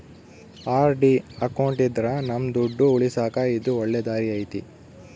RD account ಇದ್ರ ನಮ್ ದುಡ್ಡು ಉಳಿಸಕ ಇದು ಒಳ್ಳೆ ದಾರಿ ಐತಿ